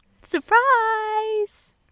Surprise